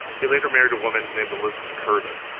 he later married a woman named elizabeth kirven.